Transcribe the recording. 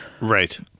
Right